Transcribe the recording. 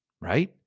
right